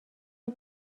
این